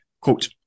Quote